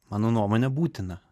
mano nuomone būtina